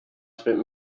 spent